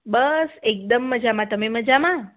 બસ એકદમ મજામાં તમે મજામાં